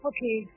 Okay